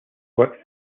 work